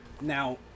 now